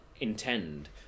intend